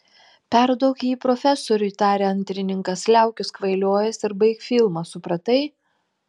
perduok jį profesoriui tarė antrininkas liaukis kvailiojęs ir baik filmą supratai